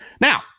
Now